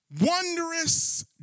wondrous